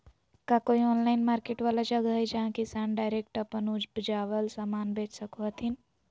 का कोई online market वाला जगह हइ जहां किसान डायरेक्ट अप्पन उपजावल समान बेच सको हथीन?